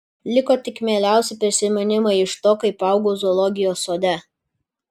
liko tik mieliausi prisiminimai iš to kaip augau zoologijos sode